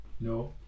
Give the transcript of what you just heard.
no